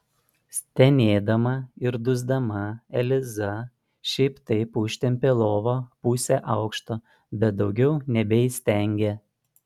stenėdama ir dusdama eliza šiaip taip užtempė lovą pusę aukšto bet daugiau nebeįstengė